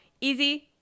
Easy